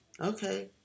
Okay